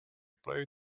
play